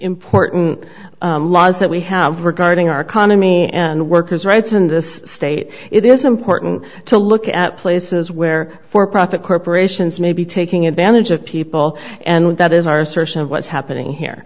important laws that we have regarding our economy and workers rights in this state it is important to look at places where for profit corporations may be taking advantage of people and that is our assertion of what's happening here